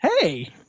Hey